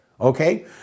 Okay